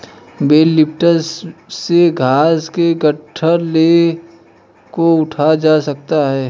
bell lifter से घास के गट्ठल को उठाया जा सकता है